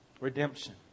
redemption